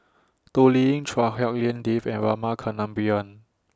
Toh Liying Chua Hak Lien Dave and Rama Kannabiran